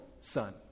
son